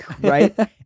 right